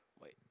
Wait